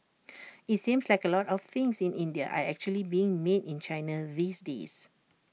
IT seems like A lot of things in India are actually being made in China these days